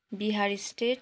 Bihar state